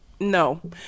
No